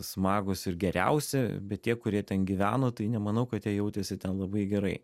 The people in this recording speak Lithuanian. smagūs ir geriausi bet tie kurie ten gyveno tai nemanau kad jie jautėsi ten labai gerai